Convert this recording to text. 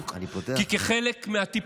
אני מבין שמפריע לך מה שאני אומר על הממשלה,